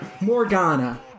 Morgana